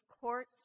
courts